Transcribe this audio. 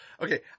Okay